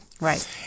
Right